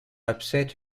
upset